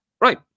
Right